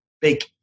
big